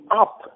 up